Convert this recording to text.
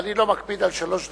אני לא מקפיד על שלוש דקות,